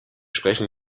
sprechen